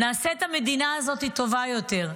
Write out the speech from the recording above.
נעשה את המדינה הזאת טובה יותר,